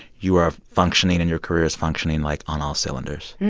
you are functioning and your career is functioning, like, on all cylinders.